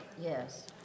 Yes